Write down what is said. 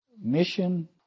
mission